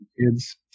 kids